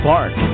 Park